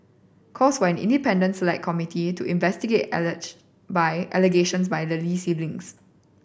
calls for an independent Select Committee to investigate by allegations by the Lee siblings